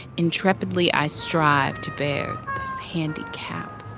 intrepidly i strive to bear this handicap.